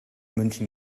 münchen